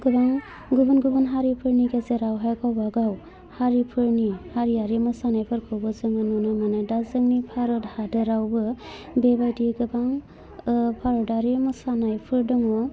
गोबां गुबुन गुबुन हारिफोरनि गेजेरावहाय गावबागाव हारिफोरनि हारियारि मोसानायफोरखौबो जोङो नुनो मोनो दा जोंनि भारत हादोरावबो बेबायदि गोबां भारतआरि मोसानायफोर दङ